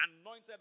Anointed